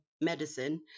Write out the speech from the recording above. medicine